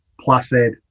placid